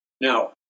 Now